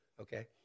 okay